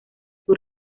sus